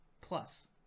plus